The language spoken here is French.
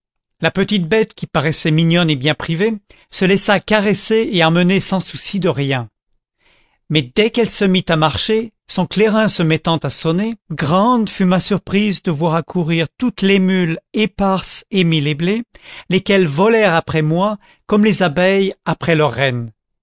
la petite bête qui paraissait mignonne et bien privée se laissa caresser et emmener sans souci de rien mais dès qu'elle se mit à marcher son clairin se mettant à sonner grande fut ma surprise de voir accourir toutes les mules éparses emmi les blés lesquelles volèrent après moi comme les abeilles après leur reine